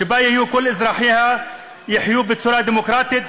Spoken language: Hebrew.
שבה כל אזרחיה יחיו בצורה דמוקרטית,